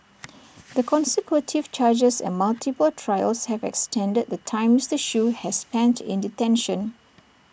the consecutive charges and multiple trials have extended the time Mister Shoo has spent in detention